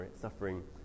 suffering